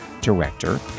director